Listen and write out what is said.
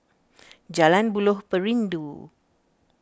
Jalan Buloh Perindu